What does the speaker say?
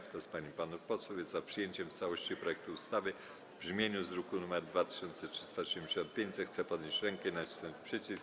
Kto z pań i panów posłów jest za przyjęciem w całości projektu ustawy w brzmieniu z druku nr 2375, zechce podnieść rękę i nacisnąć przycisk.